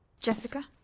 Jessica